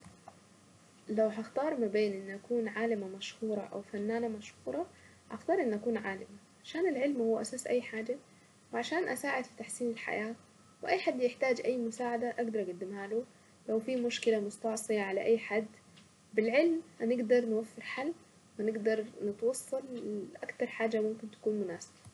لو هختار ما بين اني اكون عالمة مشهورة او فنانة مشهورة اختار اني اكون عالمة عشان العلم هو اساس اي حاجة وعشان اساعد في تحسين الحياة، واي حد يحتاج اي مساعدة اقدر اقدمها له. لو في مشكلة مستعصية على اي حد، بالعلم هنقدر نوفر حل ونقدر نتوصل لاكتر حاجة ممكن تكون مناسبة.